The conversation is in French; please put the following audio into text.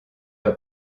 vas